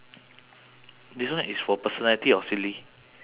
what you repeat the story the the words again